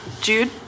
Jude